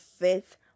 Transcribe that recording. fifth